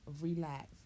relax